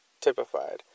typified